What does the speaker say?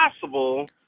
possible